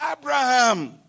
Abraham